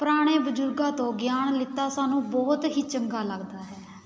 ਪੁਰਾਣੇ ਬਜ਼ੁਰਗਾਂ ਤੋਂ ਗਿਆਨ ਲਿੱਤਾ ਸਾਨੂੰ ਬਹੁਤ ਹੀ ਚੰਗਾ ਲੱਗਦਾ ਹੈ